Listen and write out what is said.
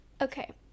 okay